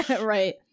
Right